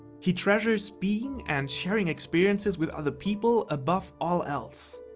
he treasures being and sharing experiences with other people above all else.